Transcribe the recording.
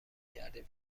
کردیم